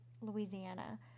Louisiana